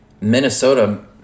Minnesota